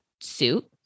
suit